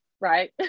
right